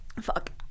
Fuck